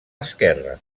esquerre